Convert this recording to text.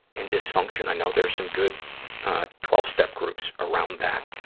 in dysfunction. i know there's some good twelve step groups around that,